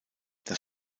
das